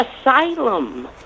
asylum